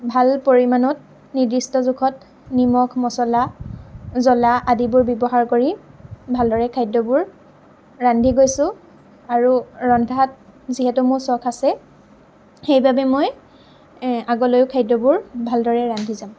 ভাল পৰিমাণত নিৰ্দিষ্ট জোখত নিমখ মছলা জ্বলা আদিবোৰ ব্যৱহাৰ কৰি ভালদৰে খাদ্যবোৰ ৰান্ধি গৈছোঁ আৰু ৰন্ধাত যিহেতু মোৰ চখ আছে সেইবাবে মই আগলৈও খাদ্যবোৰ ভালদৰে ৰান্ধি যাম